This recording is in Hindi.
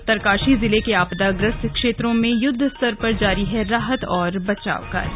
उत्तरकाशी जिले के आपदाग्रस्त क्षेत्रों में युद्धस्तर पर जारी है राहत और बचाव कार्य